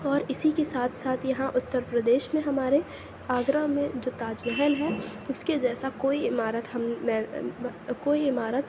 اور اِسی كے ساتھ ساتھ یہاں اُترپردیش میں ہمارے آگرہ میں جو تاج محل ہے اُس كے جیسا كوئی عمارت ہم کوئی عمارت